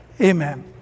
Amen